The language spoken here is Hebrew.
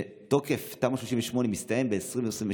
תוקף תמ"א 38 מסתיים ב-2022.